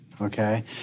Okay